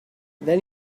then